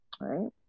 Right